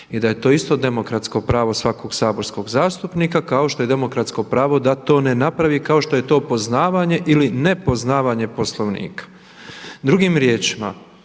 i da je to isto demokratsko pravo svakog saborskog zastupnika kao što je demokratsko pravo da to ne napravi kao što je to poznavanje ili ne poznavanje Poslovnika. Drugim riječima,